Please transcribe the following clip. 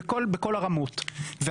בכל הרמות.